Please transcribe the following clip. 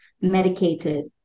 medicated